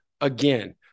again